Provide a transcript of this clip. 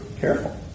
careful